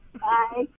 Bye